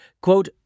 Quote